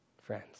friends